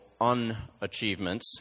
unachievements